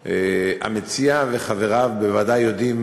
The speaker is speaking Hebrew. המציע וחבריו בוודאי יודעים